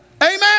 Amen